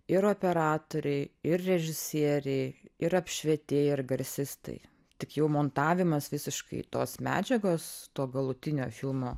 ir operatoriai ir režisieriai ir apšvietėjai ir garsistai tik jau montavimas visiškai tos medžiagos to galutinio filmo